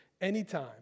anytime